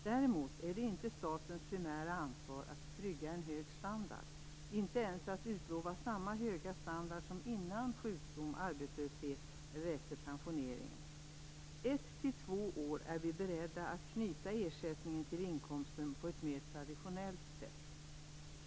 Däremot är det inte statens primära ansvar att trygga en hög standard, inte ens att utlova samma höga standard som innan sjukdom eller arbetslöshet, eller efter pensioneringen. Vi är beredda att ett till två år knyta ersättningen till inkomsten på ett mer traditionellt sätt.